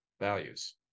values